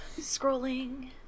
Scrolling